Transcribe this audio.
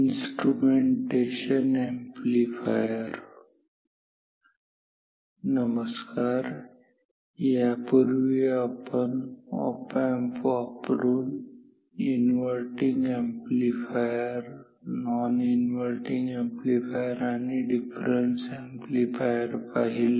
instrumentation amplifier नमस्कार यापूर्वी आपण ऑप एम्प वापरून inverting amplifier non inverting amplifier आणि डिफरन्स अॅम्प्लीफायर पाहिले